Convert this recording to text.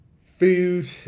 food